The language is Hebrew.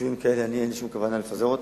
ביישובים כאלה אין לי שום כוונה לפזר.